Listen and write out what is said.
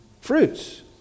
fruits